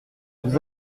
vous